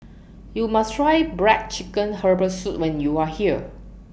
YOU must Try Black Chicken Herbal Soup when YOU Are here